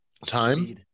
time